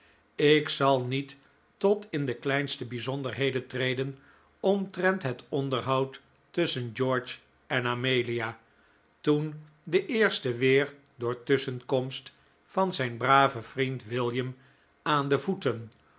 ik zal niet tot in de kleinste bijzonderheden treden omtrent het onderhoud tusschen george en amelia toen de eerste weer door tusschenkomst van zijn braven vriend william aan de voeten